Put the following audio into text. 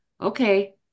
okay